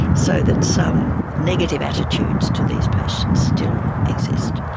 so that some negative attitudes to these patients still exist.